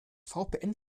vpn